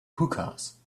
hookahs